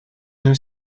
nous